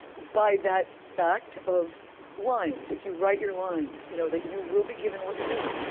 by that fact of lines if you write your lines, you know that you will be given what you need,